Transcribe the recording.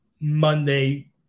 Monday